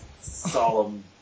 solemn